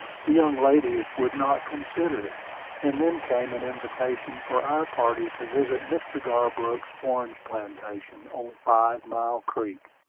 the young ladies would not consider it and then came an invitation for our party to visit mr. garbrook's orange plantation on five-mile creek.